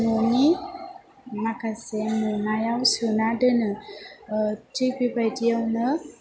न'नि माखासे मनायाव सोना दोनो थिग बेबायदियावनो